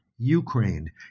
Ukraine